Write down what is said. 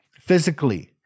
physically